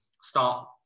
start